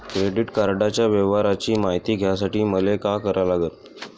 Credit कार्डाच्या व्यवहाराची मायती घ्यासाठी मले का करा लागन?